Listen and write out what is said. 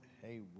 hey